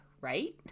right